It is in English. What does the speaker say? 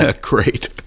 Great